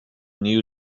new